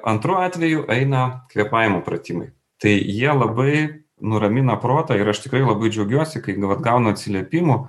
antru atveju eina kvėpavimo pratimai tai jie labai nuramina protą ir aš tikrai labai džiaugiuosi kai vat gaunu atsiliepimų